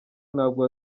ntabwo